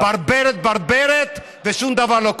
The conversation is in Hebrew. ברברת, ברברת, ושום דבר לא קורה.